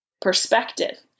perspective